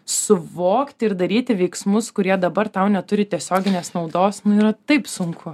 suvokti ir daryti veiksmus kurie dabar tau neturi tiesioginės naudos na yra taip sunku